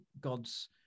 god's